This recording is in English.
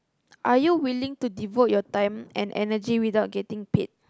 are you willing to devote your time and energy without getting paid